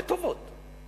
בטובות.